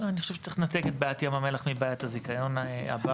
אני חושב שצריך לנתק את בעיית ים המלח מבעיית הזיכיון הבא.